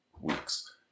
weeks